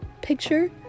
picture